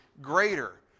greater